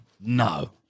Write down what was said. No